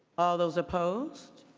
all those opposed?